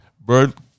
Bird